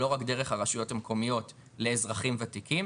לא רק דרך הרשויות המקומיות לאזרחים וותיקים.